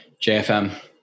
JFM